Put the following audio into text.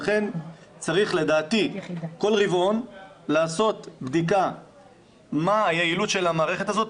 לכן צריך לדעתי כל רבעון לעשות בדיקה מה היעילות של המערכת הזאת,